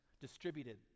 distributed